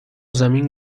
زمین